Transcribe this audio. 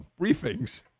briefings